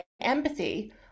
empathy